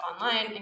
online